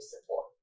support